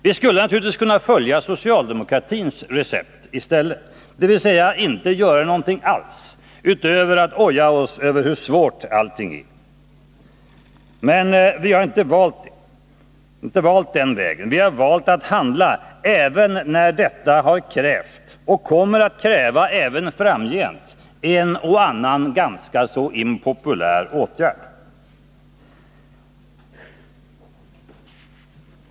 Vi skulle naturligtvis kunna följa socialdemokratins recept i stället, dvs. att inte göra någonting alls utöver att oja oss över hur svårt allting är. Men vi har inte valt den vägen. Vi har valt att handla, även när detta har krävt och även framgent kommer att kräva en och annan ganska så impopulär åtgärd.